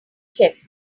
check